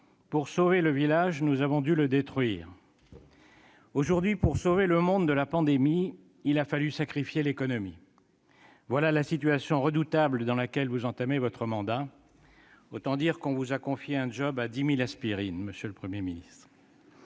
Pour sauver le village, nous avons dû le détruire. » Aujourd'hui, pour sauver le monde de la pandémie, il a fallu sacrifier l'économie. Voilà la situation redoutable dans laquelle vous entamez votre mandat. Autant dire que l'on vous a confié un job à 10 000 aspirines, monsieur le Premier ministre